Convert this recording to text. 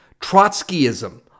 Trotskyism